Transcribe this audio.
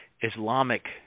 Islamic